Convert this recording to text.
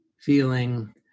feeling